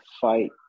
fight